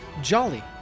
Jolly